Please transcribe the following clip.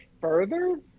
further